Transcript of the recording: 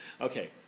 Okay